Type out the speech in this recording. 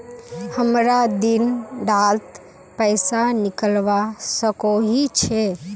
हमरा दिन डात पैसा निकलवा सकोही छै?